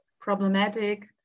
problematic